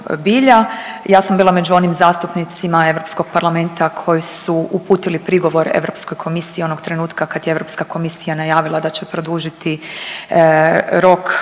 Ja sam bila među onim zastupnicima Europskog parlamenta koji su uputili prigovor Europskoj komisiji onog trenutka kad je Europska komisija najavila da će produžiti rok